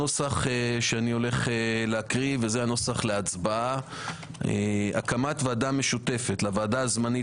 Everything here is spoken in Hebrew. הנוסח שאני אקריא זה הנוסח להצבעה: הקמת ועדה משותפת לוועדה הזמנית